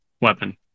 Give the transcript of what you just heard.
weapon